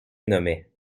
nommait